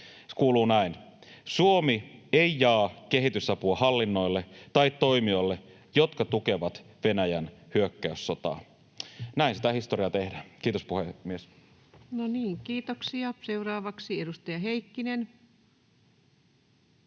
kuuluu näin: ”Suomi ei jaa kehitysapua hallinnoille tai toimijoille, jotka tukevat Venäjän hyökkäyssotaa.” Näin sitä historiaa tehdään. — Kiitos, puhemies. [Speech 344] Speaker: Ensimmäinen